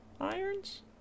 Irons